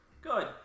Good